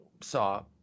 saw